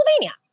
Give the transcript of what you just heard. Pennsylvania